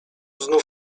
znów